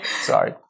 Sorry